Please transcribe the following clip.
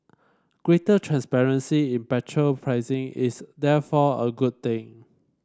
greater transparency in petrol pricing is therefore a good thing